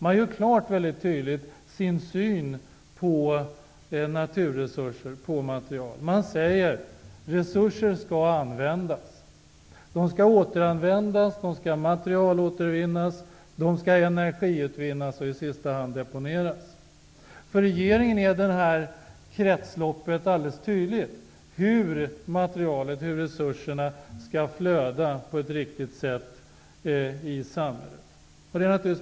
Man klargör tydligt synen på naturresurser och material. Man säger: Resurser skall användas. De skall återanvändas, materialåtervinnas, energiåtervinnas och i sista hand deponeras. För regeringen är detta kretslopp alldeles tydligt, hur materialet och resurserna skall flöda på ett riktigt sätt i samhället.